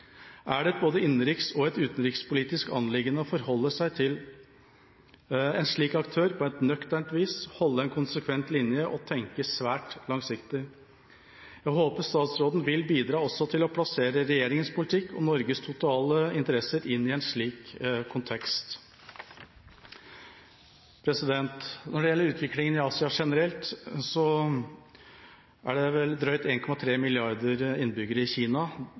er det et både innenriks- og utenrikspolitisk anliggende å forholde seg til en slik aktør på et nøkternt vis, holde en konsekvent linje og tenke svært langsiktig. Jeg håper statsråden vil bidra også til å plassere regjeringas politikk og Norges totale interesser inn i en slik kontekst. Når det gjelder utviklinga i Asia generelt, er det drøyt 1,3 milliarder innbyggere i Kina.